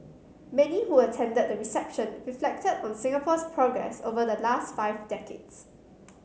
many who attended the reception reflected on Singapore's progress over the last five decades